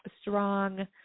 strong